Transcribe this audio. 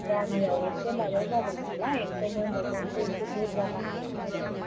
गामियाव एसे माबा जादों नालाय ओंखायनो मैगंखौ एसे बुरजा नांगौमोन आरो